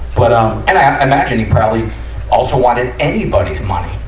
but and i imagine he probably also wanted anybody's money.